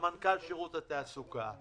סמנכ"ל שירות התעסוקה,